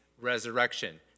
resurrection